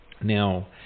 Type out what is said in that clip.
Now